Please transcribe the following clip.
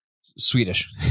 Swedish